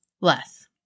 Less